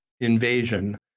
invasion